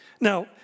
Now